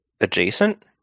adjacent